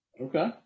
Okay